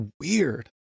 weird